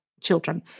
children